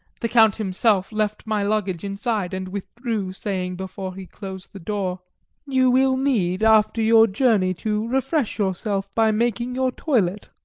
the count himself left my luggage inside and withdrew, saying, before he closed the door you will need, after your journey, to refresh yourself by making your toilet.